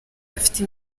afite